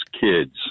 kids